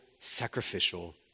sacrificial